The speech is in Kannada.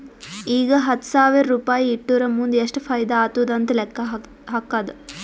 ಈಗ ಹತ್ತ್ ಸಾವಿರ್ ರುಪಾಯಿ ಇಟ್ಟುರ್ ಮುಂದ್ ಎಷ್ಟ ಫೈದಾ ಆತ್ತುದ್ ಅಂತ್ ಲೆಕ್ಕಾ ಹಾಕ್ಕಾದ್